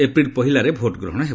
April ପହିଲାରେ vote ଗ୍ରହଣ ହେବ